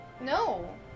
No